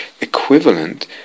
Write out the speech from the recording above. equivalent